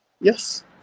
Yes